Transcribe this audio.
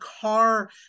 car